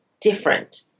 different